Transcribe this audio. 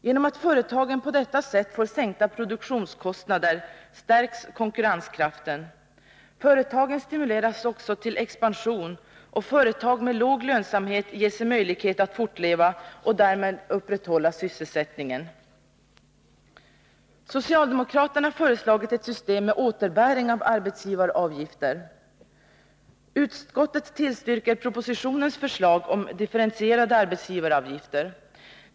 Genom att företagen på detta sätt får sänkta produktionskostnader stärks konkurrenskraften. Företagen stimuleras också till expansion, och företag med låg lönsamhet ges en möjlighet att fortleva och därmed upprätthålla sysselsättningen. Socialdemokraterna har föreslagit ett system med återbäring av arbetsgivaravgifter. Utskottet tillstyrker propositionens förslag om differentierade arbetsgivaravgifter.